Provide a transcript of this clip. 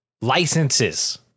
licenses